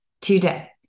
today